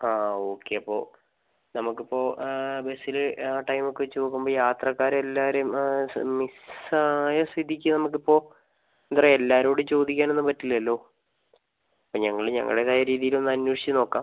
ആ ഓക്കേ അപ്പോൾ നമുക്കിപ്പോൾ ബസ്സിൽ ആ ടൈം ഒക്കെ വെച്ചു നോക്കുമ്പോൾ യാത്രക്കാരെ എല്ലാവരെയും മിസ്സ് ആയ സ്ഥിതിക്ക് നമുക്കിപ്പോൾ എന്താണ് പറയുക എല്ലാവരോടും ചോദിക്കാനൊന്നും പറ്റില്ലല്ലോ അപ്പോൾ ഞങ്ങൾ ഞങ്ങളുടേതായ രീതിയിൽ ഒന്ന് അന്വേഷിച്ചുനോക്കാം